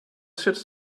schätzt